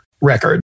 record